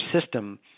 system